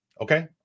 Okay